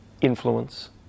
influence